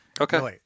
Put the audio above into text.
okay